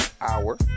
hour